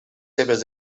seves